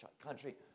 country